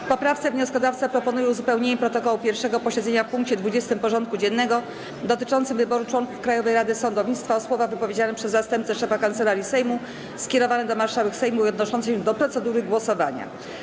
W poprawce wnioskodawca proponuje uzupełnienie protokołu 1. posiedzenia w punkcie 20. porządku dziennego, dotyczącym wyboru członków Krajowej Rady Sądownictwa, o słowa wypowiedziane przez zastępcę szefa Kancelarii Sejmu, skierowane do marszałek Sejmu i odnoszące się do procedury głosowania.